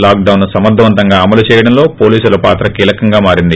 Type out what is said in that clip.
లాక్డొన్ను సమర్గవంతంగా అమలు చేయడంలో పోలీసుల పాత్ర కీలకంగా మారింది